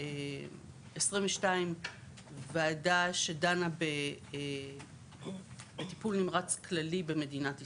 22 ועדה שדנה בטיפול נמרץ כללי במדינת ישראל.